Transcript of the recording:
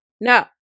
No